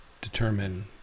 determine